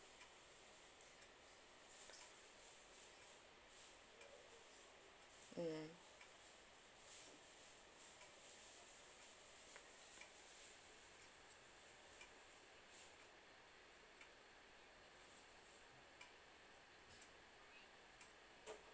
mm